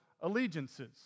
allegiances